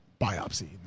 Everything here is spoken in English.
biopsy